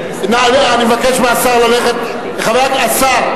האם אתה מודע לכך, אני מבקש מהשר ללכת, השר.